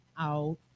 out